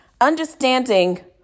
Understanding